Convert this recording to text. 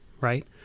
right